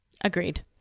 Agreed